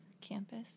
campus